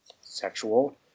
sexual